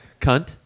cunt